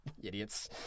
idiots